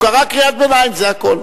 הוא קרא קריאת ביניים, זה הכול.